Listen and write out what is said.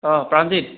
অঁ প্ৰাণজিৎ